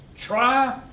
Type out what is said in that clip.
Try